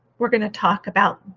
we're going to talk about